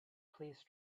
please